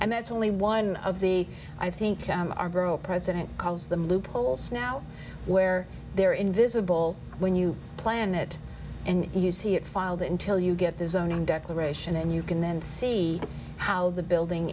and that's only one of the i think our bureau president calls them loop holes now where they're invisible when you plan it and you see it filed until you get the zoning declaration and you can then see how the building